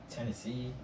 Tennessee